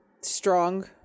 strong